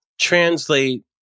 translate